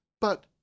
But